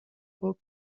bok